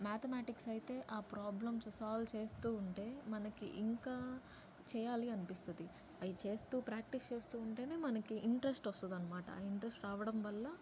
mathematics అయితే ఆ problems solve చేస్తూ ఉంటే మనకి ఇంకా చెయ్యాలి అనిపిస్తుంది అయి చేస్తూ ప్రాక్టీస్ చేస్తూ ఉంటేనే మనకి ఇంట్రస్ట్ వస్తుంది అనమాట ఆ ఇంట్రస్ట్ రావడం వల్ల